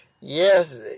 Yes